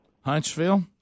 Huntsville